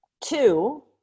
two